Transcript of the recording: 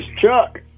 Chuck